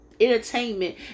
entertainment